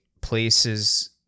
places